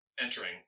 entering